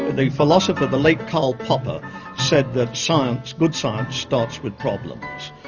the philosopher the late karl popper said that science, good science, starts with problems.